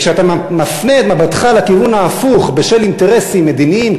וכשאתה מפנה את מבטך לכיוון ההפוך בשל אינטרסים מדיניים,